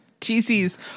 TC's